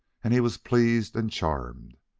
and he was pleased and charmed.